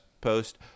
post